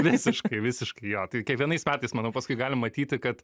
visiškai visiškai jo tai kiekvienais metais manau paskui galim matyti kad